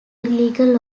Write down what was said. legal